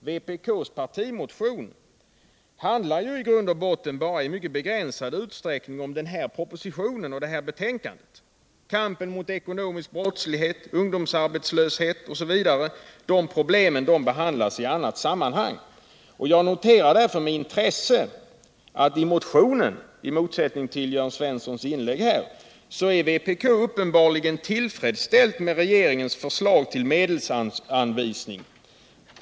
Vpk:s partimotion handlar ju i grund och botten bara i begränsad utsträckning om den här propositionen och det här betänkandet. Kampen mot ekonomisk brottslighet och ungdomsarbetslöshet är frågor som behandlas i annat sammanhang. Jag noterar därför med intresse att i motionen — i motsats till Jörn Svenssons inlägg här — är vpk uppenbarligen tillfredsställt med regeringens förslag till medelsanvisning.